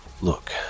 Look